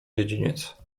dziedziniec